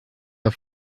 auf